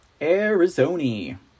Arizona